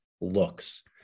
looks